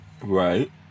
Right